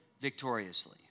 victoriously